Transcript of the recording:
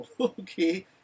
Okay